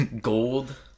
gold